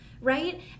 right